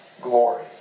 glory